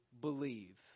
believe